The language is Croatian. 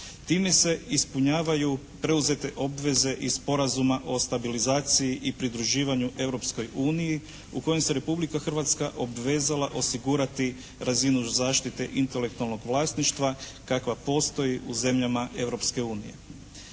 Time se ispunjavaju preuzete obveze iz Sporazuma o stabilizaciji i pridruživanju Europskoj uniji u kojem se Republika Hrvatska obvezala osigurati razinu zaštite intelektualnog vlasništva kakva postoji u zemljama